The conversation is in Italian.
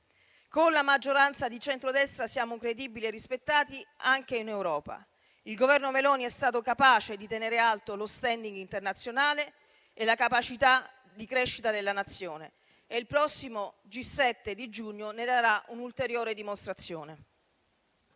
con la maggioranza di centrodestra siamo credibili e rispettati anche in Europa. Il Governo Meloni è stato capace di tenere alti lo *standing* internazionale e la capacità di crescita della Nazione. Il prossimo G7 giugno ne darà un'ulteriore dimostrazione.